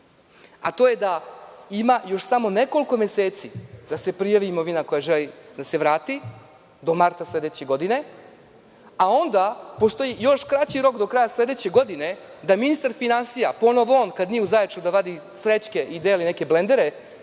To je da ima još samo nekoliko meseci da se prijavi imovina koja želi da se vrati do marta sledeće godine. Onda postoji još kraći rok do kraja sledeće godine kada bi ministar finansija, ponovo on, kada nije u Zaječaru, da vadi srećke i deli neke blendere,